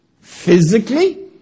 physically